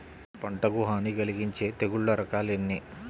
పంటకు హాని కలిగించే తెగుళ్ళ రకాలు ఎన్ని?